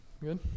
Good